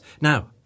Now